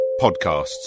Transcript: podcasts